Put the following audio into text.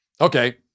Okay